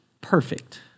perfect